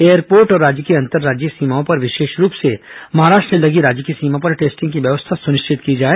airport और राज्य की अंतर्राज्यीय सीमाओं पर विशेष रूप से महाराष्ट्र से लगी राज्य की सीमा पर टेस्टिंग की व्यवस्था सुनिश्चित की जाए